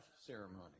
ceremony